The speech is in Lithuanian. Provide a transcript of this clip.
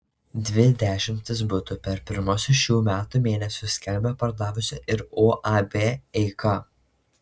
dvi dešimtis butų per pirmuosius šių metų mėnesius skelbia pardavusi ir uab eika